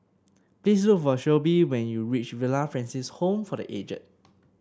please look for Shelby when you reach Villa Francis Home for The Aged